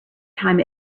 time